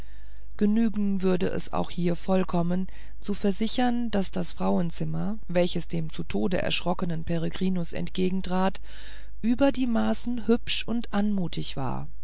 genügen würde es auch hier vollkommen zu versichern daß das frauenzimmer welches dem zum tode erschrockenen peregrinus entgegentrat über die maßen hübsch und anmutig war